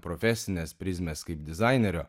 profesinės prizmės kaip dizainerio